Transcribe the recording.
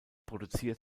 produziert